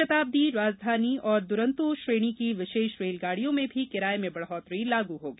शताब्दी राजधानी और द्रंतो श्रेणी की विशेष रेलगाड़ियों में भी किराये में बढ़ोतरी लागू होगी